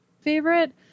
favorite